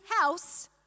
house